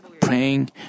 praying